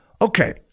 okay